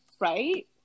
right